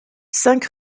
cinq